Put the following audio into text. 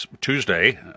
Tuesday